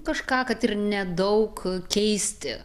kažką kad ir nedaug keisti